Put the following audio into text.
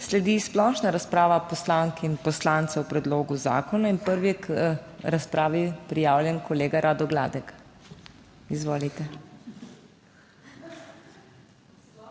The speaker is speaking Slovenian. Sledi splošna razprava poslank in poslancev o predlogu zakona in prvi je k razpravi prijavljen kolega Rado Gladek. Izvolite.